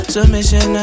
Submission